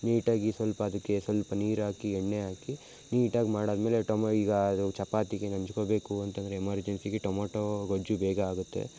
ನೀಟಾಗಿ ಸ್ವಲ್ಪ ಅದಕ್ಕೆ ಸ್ವಲ್ಪ ನೀರು ಹಾಕಿ ಎಣ್ಣೆ ಹಾಕಿ ನೀಟಾಗಿ ಮಾಡಾದ ಮೇಲೆ ಟೊಮಾ ಈಗ ಅದು ಚಪಾತಿಗೆ ನೆಂಚ್ಕೋಬೇಕು ಅಂತಂದರೆ ಎಮರ್ಜೆನ್ಸಿಗೆ ಟೊಮೋಟೋ ಗೊಜ್ಜು ಬೇಗ ಆಗುತ್ತೆ